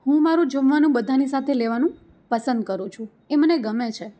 હું મારું જમવાનું બધાંની સાથે લેવાનું પસંદ કરું છું એ મને ગમે છે